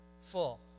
full